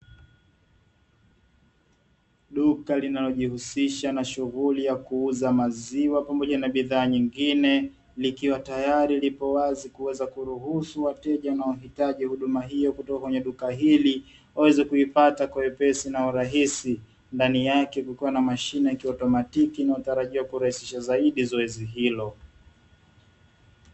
Duka linalojihusisha na shughuli ya kuuza maziwa pamoja na bidhaa nyingine, likiwa tayari lipo wazi kuweza kuruhusu wateja wanaohitaji huduma hiyo kutoka kwenye duka hili waweze kuipata kwa wepesi na urahisi. Ndani yake kukiwa na mashine ya kiautomatiki inayotarajiwa kurahisisha zaidi zoezi hilo.